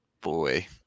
Boy